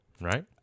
right